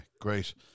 great